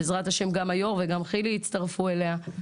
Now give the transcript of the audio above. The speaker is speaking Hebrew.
בעזרת השם, גם היו"ר וגם חילי יצטרפו אליה.